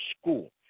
school